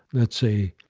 let's say,